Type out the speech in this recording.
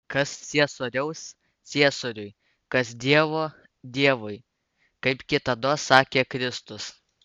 kas ciesoriaus ciesoriui kas dievo dievui kaip kitados sakė kristus